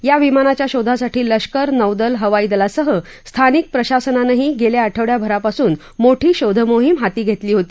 या विमानाच्या शोधासाठी लष्कर नौदल हवाईदलासह स्थानिक प्रशासनानंही गख्खा आठवडयाभरापासून मोठी शोधमोहीम हाती घराती होती